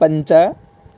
पञ्च